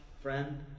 friend